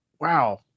wow